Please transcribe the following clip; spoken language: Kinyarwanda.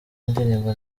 indirimbo